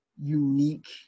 unique